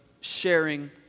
sharing